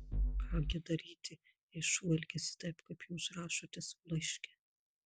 ką gi daryti jei šuo elgiasi taip kaip jūs rašote savo laiške